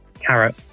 Carrot